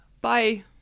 Bye